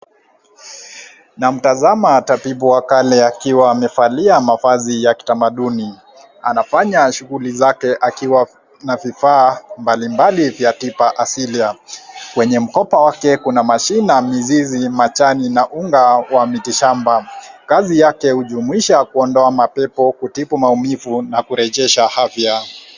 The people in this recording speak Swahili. Namtazama tabibu wa kale akiwa amevalia mavazi ya kitamaduni, anafanya shughuli zake akiwa na vifaa mbalimbali vya tiba asilia. Kwenye mkoba wake kuna mashina, mizizi, majani, na unga wa miti shamba. Kazi yake hujumuisha kuondoa mapepo, kutibu maumivu, na kurejesha afya.